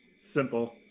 simple